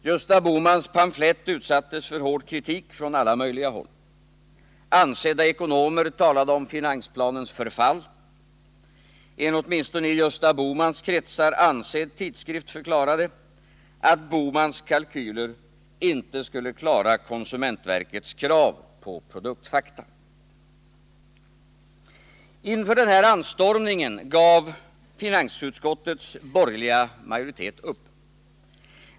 Gösta Bohmans pamflett utsattes för hård kritik från alla möjliga håll. Ansedda ekonomer talade om finansplanens förfall. En åtminstone i Gösta Bohmans kretsar ansedd tidskrift förklarade att Gösta Bohmans kalkyler inte skulle klara konsumentverkets krav på produktfakta. Inför den här anstormningen gav finansutskottets borgerliga majoritet upp.